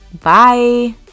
Bye